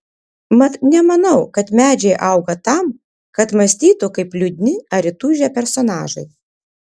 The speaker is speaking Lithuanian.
mat nemanau kad medžiai auga tam kad mąstytų kaip liūdni ar įtūžę personažai